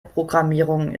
programmierung